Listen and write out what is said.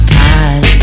time